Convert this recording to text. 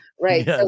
Right